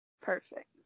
Perfect